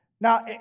Now